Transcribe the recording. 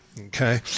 Okay